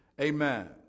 Amen